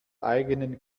eigenen